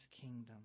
kingdom